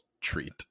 treat